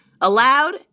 allowed